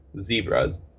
zebras